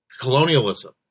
colonialism